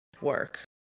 work